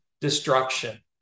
destruction